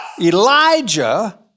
Elijah